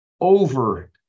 over